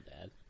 dad